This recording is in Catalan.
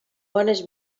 bones